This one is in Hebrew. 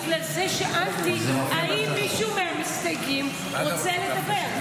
בגלל זה שאלתי אם מישהו מהמסתייגים רוצה לדבר.